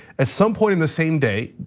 at some point in the same day,